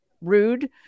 rude